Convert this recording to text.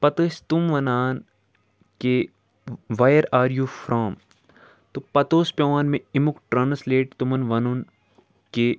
پَتہٕ ٲسۍ تِم وَنان کہِ وَیر آر یوٗ فرٛام تہٕ پَتہٕ اوس پٮ۪وان مےٚ اَمیُک ٹرٛانَسلیٹ تِمَن وَنُن کہِ